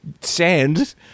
sand